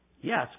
Yes